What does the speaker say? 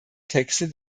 texte